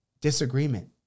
disagreement